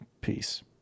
Peace